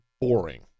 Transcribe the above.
boring